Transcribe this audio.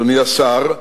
אדוני השר,